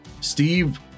Steve